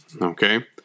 Okay